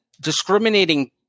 discriminating